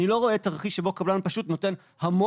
אני לא רואה תרחיש שבו קבלן פשוט נותן המון